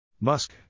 Musk